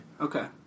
Okay